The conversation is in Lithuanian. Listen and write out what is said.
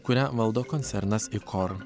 kurią valdo koncernas ikor